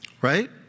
Right